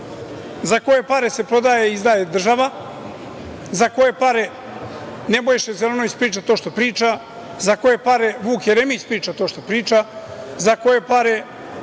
za koje pare se izdaje i prodaje država, za koje pare Nebojša Zelenović priča to što priča, za koje pare Vuk Jeremić priča to što priča, za koje pare